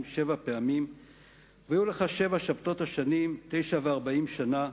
שבע פעמים והיו לך ימי שבע שבתת השנים תשע וארבעים שנה,